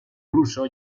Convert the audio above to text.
ruso